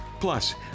Plus